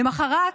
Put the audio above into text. למוחרת